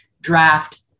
draft